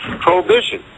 Prohibition